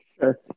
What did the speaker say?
Sure